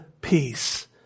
peace